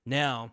now